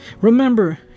Remember